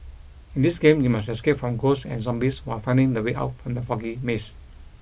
in this game you must escape from ghosts and zombies while finding the way out from the foggy maze